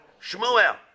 Shmuel